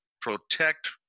protect